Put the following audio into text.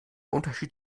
unterschied